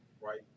right